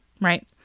right